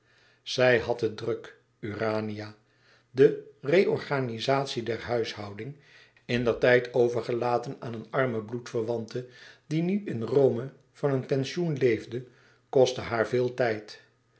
zij had het druk urania de reorganizatie der huishouding indertijd overgelaten aan een arme bloedverwante die nu in rome van een pensioen leefde kostte haar veel tijd